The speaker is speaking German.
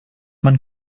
man